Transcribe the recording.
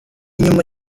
inyuma